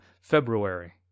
February